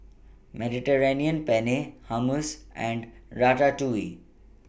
Mediterranean Penne Hummus and Ratatouille